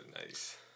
nice